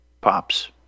Pops